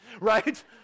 right